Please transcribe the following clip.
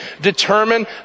determine